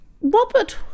Robert